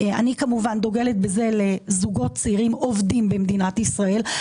ואני דוגלת בזה לזוגות צעירים עובדים במדינת ישראל.